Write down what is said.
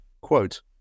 Quote